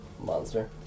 monster